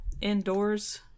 Indoors